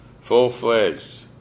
full-fledged